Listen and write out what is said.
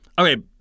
Okay